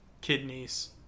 kidneys